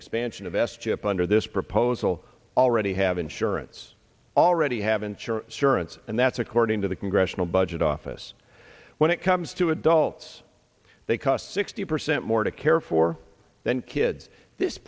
expansion of s chip under this proposal already have insurance already have insurance surance and that's according to the congressional budget office when it comes to adults they cost sixty percent more to care for than kids this